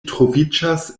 troviĝas